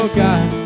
god